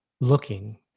looking